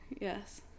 Yes